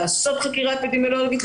לעשות חקירה אפידמיולוגית,